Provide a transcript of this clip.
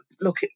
look